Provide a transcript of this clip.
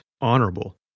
honorable